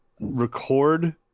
Record